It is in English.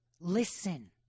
Listen